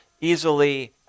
easily